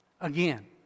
again